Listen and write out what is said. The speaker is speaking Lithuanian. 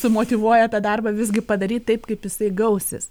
sumotyvuoja apie darbą visgi padaryt taip kaip jisai gausis